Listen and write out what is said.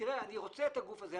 אני רוצה את הגוף הזה,